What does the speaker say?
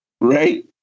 Right